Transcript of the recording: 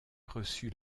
reçut